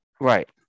Right